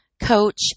coach